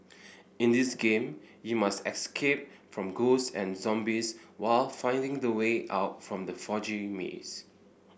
in this game you must escape from ghost and zombies while finding the way out from the foggy maze